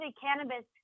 cannabis